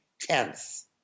tense